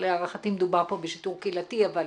להערכתי, מדובר פה בשיטור קהילתי, אבל